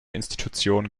institutionen